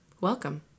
welcome